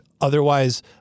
otherwise